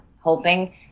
hoping